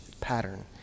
pattern